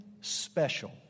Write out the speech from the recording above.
special